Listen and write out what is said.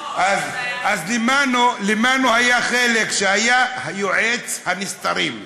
לא, אז למנו היה חלק, שהיה יועץ הסתרים.